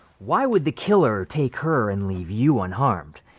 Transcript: why would the killer take her and leave you unharmed?